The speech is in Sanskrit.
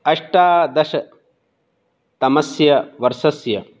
अष्टादशतमस्य वर्षस्य